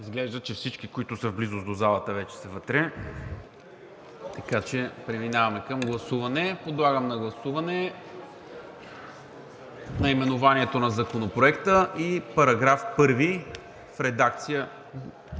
Изглежда, че всички, които са в близост до залата, вече са вътре, така че преминаваме към гласуване. Подлагам на гласуване наименованието на Законопроекта по вносител и § 1 в редакция